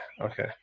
Okay